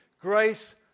grace